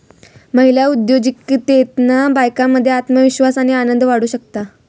महिला उद्योजिकतेतना बायकांमध्ये आत्मविश्वास आणि आनंद वाढू शकता